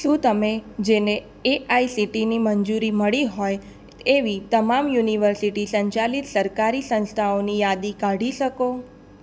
શું તમે જેને એ આઇ સી ટી ઇની મંજૂરી મળી હોય એવી તમામ યુનિવર્સિટી સંચાલિત સરકારી સંસ્થાઓની યાદી કાઢી શકો